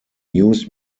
news